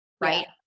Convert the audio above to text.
right